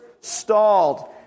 stalled